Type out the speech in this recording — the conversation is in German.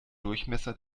durchmesser